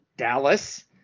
Dallas